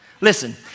Listen